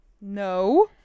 No